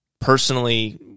personally